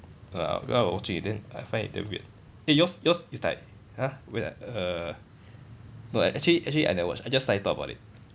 ah cause I was watching it then I find it a little weird eh yours yours is like !huh! when ah err no actually actually I never watch I just suddenly thought about it